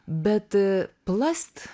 bet plast